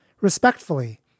respectfully